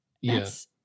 Yes